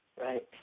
right